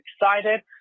excited